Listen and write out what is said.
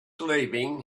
leaving